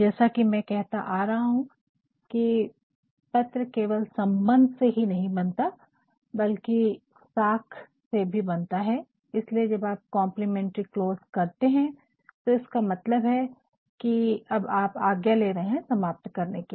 जैसा मैं कहता आ रहा हूँ की पत्र केवल सम्बन्ध से ही नहीं बनता है बल्कि साख से भी बनता है इसलिए जब आप कम्प्लीमेंटरी क्लोज लिखते है तो इसका मतलब है अब आप आज्ञा ले रहे है समाप्त करने की